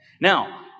Now